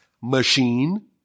machine